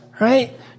Right